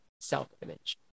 self-image